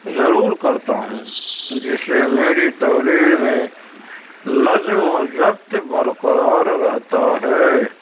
ضرور کرتا ہوں جس سے میری تحریر میں نظم و ضبط برقرار رہتا ہے